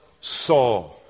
saw